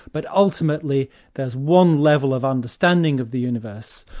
but ultimately there's one level of understanding of the universe,